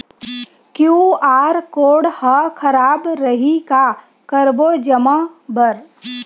QR code हा खराब रही का करबो जमा बर?